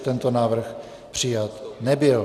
Tento návrh přijat nebyl.